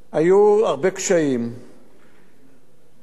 גם מאגפי האוצר,